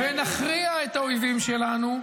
ונכריע את האויבים שלנו,